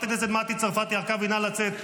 נא לצאת.